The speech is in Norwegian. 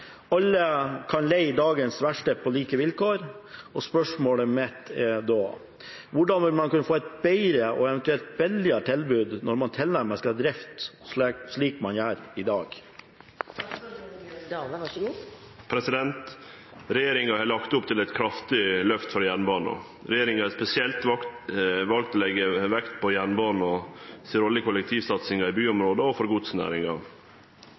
Alle kan leie dagens verksted på like vilkår. Hvordan vil man kunne få et «bedre» og eventuelt billigere tilbud når man tilnærmet skal drifte slik man gjør i dag?» Regjeringa har lagt opp til eit kraftig løft for jernbana. Regjeringa har spesielt valt å leggje vekt på jernbana si rolle i kollektivsatsinga i byområde og for godsnæringa.